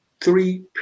three